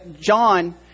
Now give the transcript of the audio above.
John